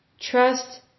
Trust